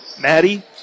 Maddie